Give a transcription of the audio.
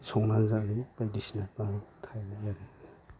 जानो बायदिसिना थायो आरो